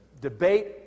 debate